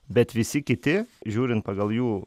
bet visi kiti žiūrint pagal jų